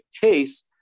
case